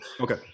okay